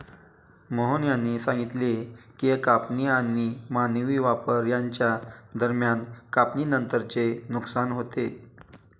मोहन यांनी सांगितले की कापणी आणि मानवी वापर यांच्या दरम्यान कापणीनंतरचे नुकसान होते